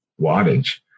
wattage